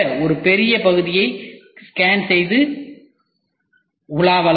ஒரு பெரிய பகுதியை ஸ்கேன் செய்து உலாவலாம்